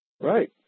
Right